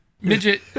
midget